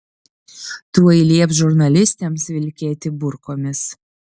tuoj lieps žurnalistėms vilkėti burkomis